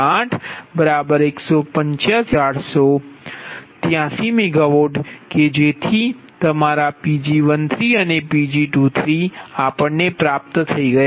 483MW કે જેથી આ તમારા Pg1 અને Pg2છે